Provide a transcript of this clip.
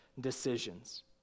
decisions